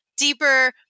deeper